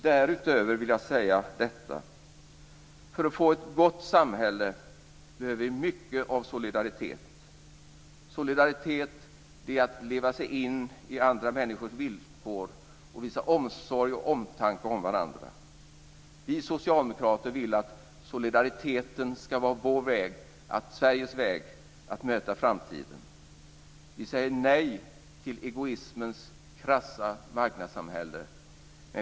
Därutöver vill jag säga detta. För att få ett gott samhälle behöver vi mycket av solidaritet. Solidaritet är att leva sig in i andra människors villkor och att visa omsorg och omtanke om varandra. Vi socialdemokrater vill att solidariteten ska vara Sveriges väg att möta framtiden. Vi säger nej till egoismens krassa marknadssamhälle.